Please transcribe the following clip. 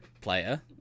player